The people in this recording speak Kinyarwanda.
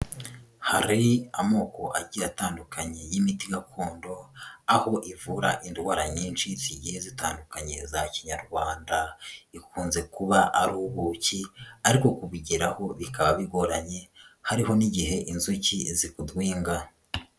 Hari amoko agiye atandukanye y'imiti gakondo, aho ivura indwara nyinshi zigiye zitandukanye za kinyarwanda. Ikunze kuba ari ubuki, ariko kubigeraho bikaba bigoranye, hariho n'igihe inzuki zikurwinga.